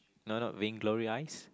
no not being glory eyes